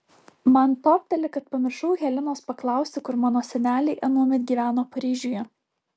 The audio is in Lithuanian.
man topteli kad pamiršau helenos paklausti kur mano seneliai anuomet gyveno paryžiuje